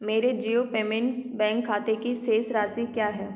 मेरे Jio payments bank खाते की शेष राशि क्या है